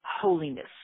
holiness